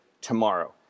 tomorrow